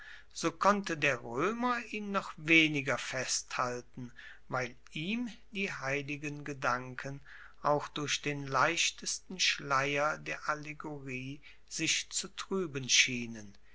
so konnte der roemer ihn noch weniger festhalten weil ihm die heiligen gedanken auch durch den leichtesten schleier der allegorie sich zu trueben schienen